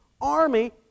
army